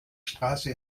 straße